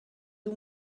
you